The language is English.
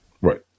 Right